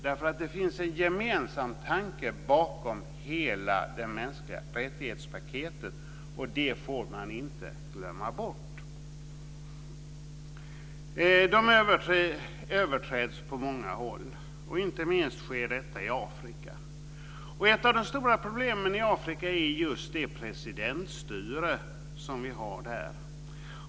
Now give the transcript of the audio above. Det finns nämligen en gemensam tanke bakom hela det mänskliga rättighetspaketet, och det får man inte glömma bort. De mänskliga rättigheterna överträds på många håll. Inte minst sker detta i Afrika. Ett av de stora problemen i Afrika är det presidentstyre vi har där.